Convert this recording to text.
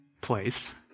place